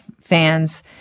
fans